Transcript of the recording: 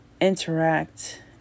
interact